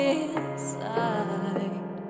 inside